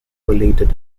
related